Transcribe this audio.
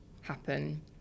happen